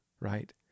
right